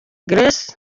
grace